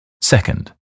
Second